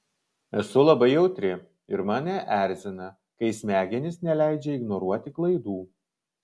esu labai jautri ir mane erzina kai smegenys neleidžia ignoruoti klaidų